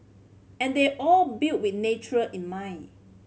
and they all built with nature in mind